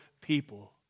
people